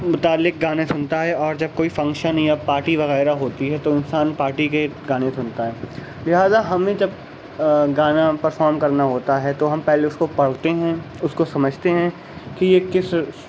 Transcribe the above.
متعلق گانے سنتا ہے اور جب کوئی فنگشن یا پارٹی وغیرہ ہوتی ہے تو انسان پارٹی کے گانے سنتا ہے لہٰذا ہمیں جب گانا پرفارم کرنا ہوتا ہے تو ہم پہلے اس کو پڑھتے ہیں اس کو سمجھتے ہیں کہ یہ کس